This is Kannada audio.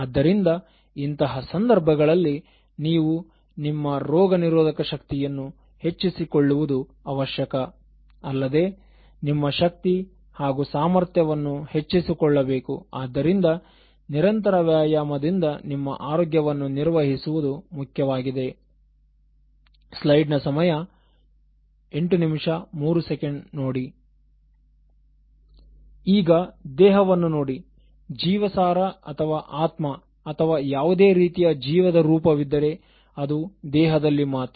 ಆದ್ದರಿಂದ ಇಂತಹ ಸಂದರ್ಭಗಳಲ್ಲಿ ನೀವು ನಿಮ್ಮ ರೋಗನಿರೋಧಕ ಶಕ್ತಿಯನ್ನು ಹೆಚ್ಚಿಸಿಕೊಳ್ಳುವುದು ಅವಶ್ಯಕ ಅಲ್ಲದೆ ನಿಮ್ಮ ಶಕ್ತಿ ಹಾಗೂ ಸಾಮರ್ಥ್ಯವನ್ನು ಹೆಚ್ಚಿಸಿಕೊಳ್ಳಬೇಕು ಆದ್ದರಿಂದ ನಿರಂತರ ವ್ಯಾಯಾಮದಿಂದ ನಿಮ್ಮ ಆರೋಗ್ಯವನ್ನು ನಿರ್ವಹಿಸುವುದು ಮುಖ್ಯವಾಗಿದೆ ಈಗ ದೇಹವನ್ನು ನೋಡಿ ಜೀವಸಾರ ಅಥವಾ ಆತ್ಮ ಅಥವಾ ಯಾವುದೇ ರೀತಿಯ ಜೀವದ ರೂಪವಿದ್ದರೆ ಅದು ದೇಹದಲ್ಲಿ ಮಾತ್ರ